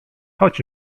chodź